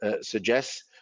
suggests